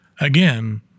again